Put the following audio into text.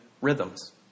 rhythms